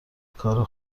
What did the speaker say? کار